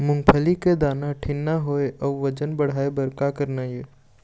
मूंगफली के दाना ठीन्ना होय अउ वजन बढ़ाय बर का करना ये?